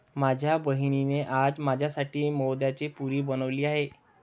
माझ्या बहिणीने आज माझ्यासाठी मैद्याची पुरी बनवली आहे